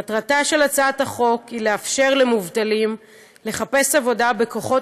מטרתה של הצעת החוק היא לאפשר למובטלים לחפש עבודה בכוחות